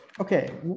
okay